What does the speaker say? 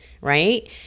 Right